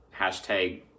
Hashtag